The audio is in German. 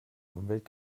umwelt